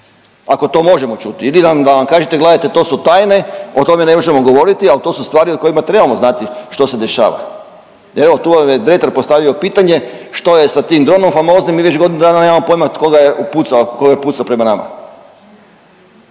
ako to možemo čuti ili da nam kažete gledajte to su tajne, o tome ne možemo govoriti, ali to su stvari o kojima trebamo znati što se dešava. Evo tu vam je Dretar postavio pitanje, što je sa tim dronom famoznim mi već godinu dana nemamo pojma tko ga je upucao, to je pucao